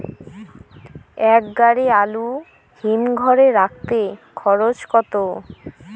এক গাড়ি আলু হিমঘরে রাখতে খরচ কত?